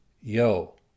yo